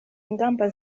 ingamba